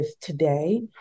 today